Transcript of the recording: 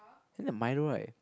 then the Milo right